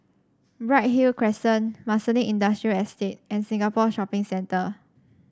Bright Hill Crescent Marsiling Industrial Estate and Singapore Shopping Centre